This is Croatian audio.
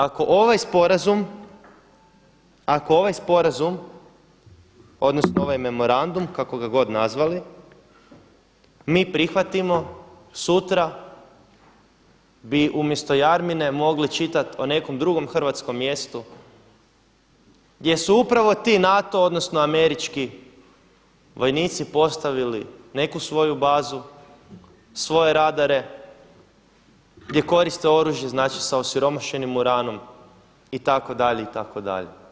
Ako ovaj sporazum odnosno ovaj memorandum, kako ga god nazvali mi prihvatimo sutra bi umjesto Jarmine mogli čitati o nekom drugom hrvatskom mjestu, gdje su upravo ti NATO odnosno američki vojnici postavili neku svoju bazu, svoje radare gdje koriste oružje znači sa osiromašenim uranom itd. itd.